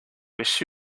wish